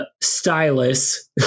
stylus